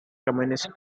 communist